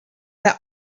their